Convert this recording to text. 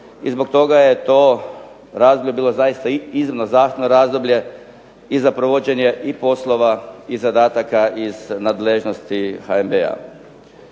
i zbog toga je to razdoblje bilo zaista iznimno zahtjevno razdoblje i za provođenje i poslova i zadataka iz nadležnosti HNB-a.